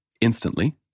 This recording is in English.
instantly